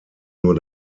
nur